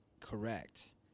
Correct